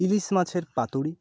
ইলিশ মাছের পাতুরি